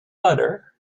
butter